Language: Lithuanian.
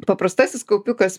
paprastasis kaupikas